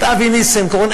את אבי ניסנקורן,